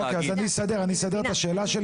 אוקיי, אז אני אסדר, אני אסדר את השאלה לי.